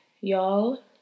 y'all